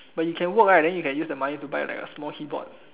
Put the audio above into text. but you can work right then you can use the money to buy like a small keyboard